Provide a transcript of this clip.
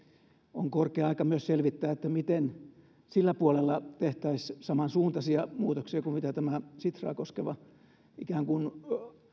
on korkea aika myös selvittää miten sillä puolella tehtäisiin samansuuntaisia muutoksia kuin mitä tämä sitraa koskeva ikään kuin